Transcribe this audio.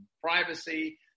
privacy